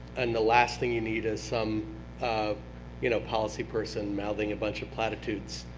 and the last thing you need is some um you know policy person mouthing a bunch of platitudes.